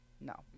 No